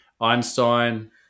Einstein